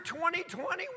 2020